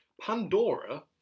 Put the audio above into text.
Pandora